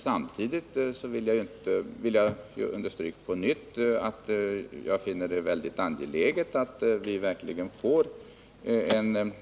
Samtidigt vill jag på nytt understryka att jag finner det mycket angeläget att vi verkligen får en